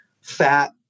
fat